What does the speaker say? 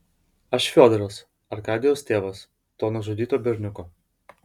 aš fiodoras arkadijaus tėvas to nužudyto berniuko